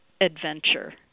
adventure